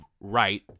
right